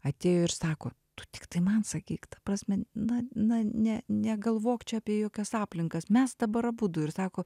atėjo ir sako tu tiktai man sakyk ta prasme na na ne negalvok čia apie jokias aplinkas mes dabar abudu ir sako